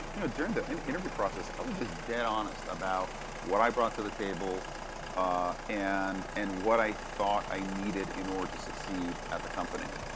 you know during the interview process. i was just dead honest about what i brought to the table and and what i thought i needed in order to succeed at the company.